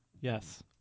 Yes